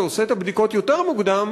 שעושה את הבדיקות יותר מוקדם,